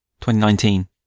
2019